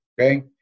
Okay